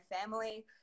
family